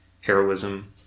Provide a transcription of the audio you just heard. heroism